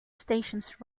stations